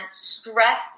stress